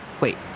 Wait